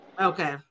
okay